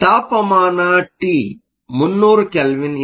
ತಾಪಮಾನ T 300 kelvin ಇದೆ